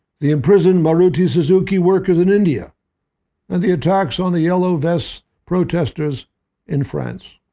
the imprisoned maruti suzuki workers in india and the attacks on the yellow vest protesters in france,